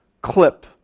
clip